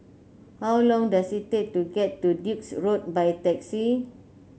how long does it take to get to Duke's Road by taxi